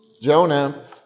Jonah